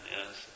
Yes